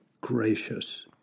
gracious